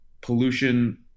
pollution